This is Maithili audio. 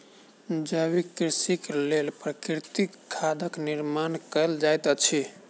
जैविक कृषिक लेल प्राकृतिक खादक निर्माण कयल जाइत अछि